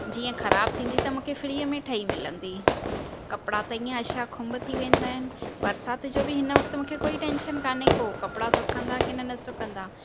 जीअं ख़राब थींदी त मूंखे फ्रीअ में ठही मिलंदी कपिड़ा त ईअं अछा खुंब थी वेंदा आहिनि बरसाति जो बि हिन वक़्तु मूंखे कोई टेंशन कोन्हे को कपिड़ा सुकंदा की न न सुकंदा